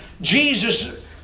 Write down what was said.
Jesus